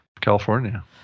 california